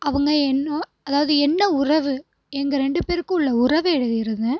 அவங்க என்ன அதாவது என்ன உறவு எங்கள் ரெண்டு பேருக்கும் உள்ள உறவை எழுதி இருந்தேன்